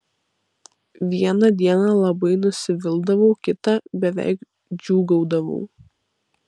vieną dieną labai nusivildavau kitą beveik džiūgaudavau